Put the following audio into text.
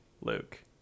Luke